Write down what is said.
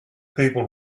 people